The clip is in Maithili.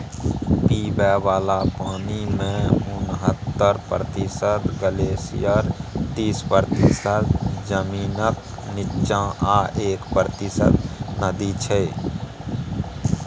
पीबय बला पानिमे उनहत्तर प्रतिशत ग्लेसियर तीस प्रतिशत जमीनक नीच्चाँ आ एक प्रतिशत नदी छै